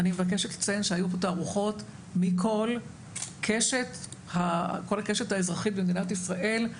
אני מבקשת לציין שהיו פה תערוכות מכל קשת האזרחית במדינת ישראל,